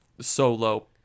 solo